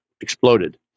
exploded